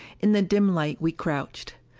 in the dim light we crouched.